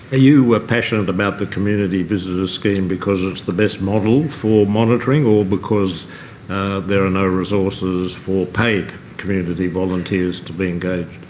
ah you ah passionate about the community visitors scheme because it's the best model for monitoring or because there are no resources for paid community volunteers to be engaged?